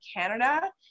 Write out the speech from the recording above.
Canada